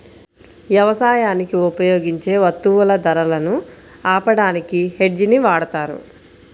యవసాయానికి ఉపయోగించే వత్తువుల ధరలను ఆపడానికి హెడ్జ్ ని వాడతారు